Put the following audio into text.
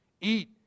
Eat